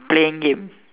playing game